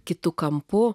kitu kampu